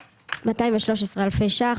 26,213 אלפי ₪,